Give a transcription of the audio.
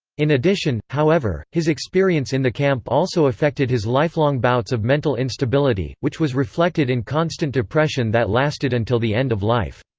in addition, however, his experience in the camp also affected his lifelong bouts of mental instability, which was reflected in constant depression that lasted until the end of life.